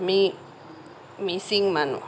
আমি মিছিং মানুহ